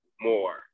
more